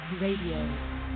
Radio